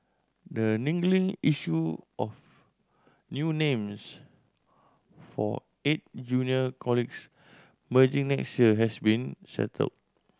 the niggling issue of new names for eight junior colleagues merging next year has been settled